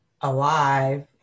alive